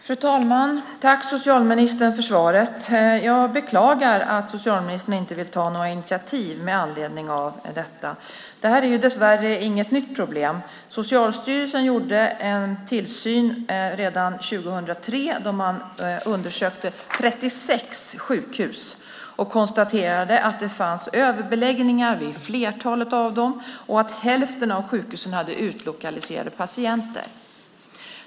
Fru talman! Tack, socialministern, för svaret! Jag beklagar att socialministern inte vill ta några initiativ med anledning av detta. Det här är dessvärre inget nytt problem. Socialstyrelsen gjorde en tillsyn redan 2003, då man undersökte 36 sjukhus och konstaterade att det fanns överbeläggningar vid flertalet av dem och att hälften av sjukhusen hade utlokaliserade patienter.